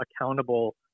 accountable